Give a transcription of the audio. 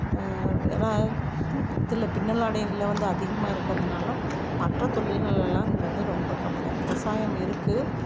ஏனா இதில் பின்னலாடைகள்ல வந்து அதிகமாக இருக்கிறதுனால மற்ற தொழில்கள் எல்லாம் இங்கே வந்து ரொம்ப கம்மிதான் விவசாயம் இருக்குது